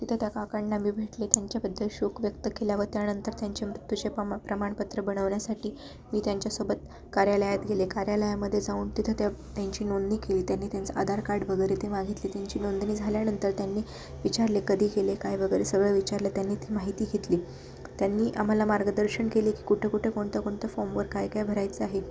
तिथं त्या काकांना मी भेटले त्यांच्याबद्दल शोक व्यक्त केला व त्यानंतर त्यांचे मृत्यूचे प्रमा प्रमाणपत्र बनवण्यासाठी मी त्यांच्यासोबत कार्यालयात गेले कार्यालयामध्ये जाऊन तिथं त्या त्यांची नोंदणी केली त्यांनी त्यांचं आधार कार्ड वगैरे ते मागितले त्यांची नोंदणी झाल्यानंतर त्यांनी विचारले कधी गेले काय वगैरे सगळं विचारलं त्यांनी ती माहिती घेतली त्यांनी आम्हाला मार्गदर्शन केले की कुठं कुठं कोणत्या कोणत्या फॉर्मवर काय काय भरायचं आहे